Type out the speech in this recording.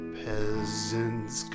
peasants